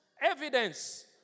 evidence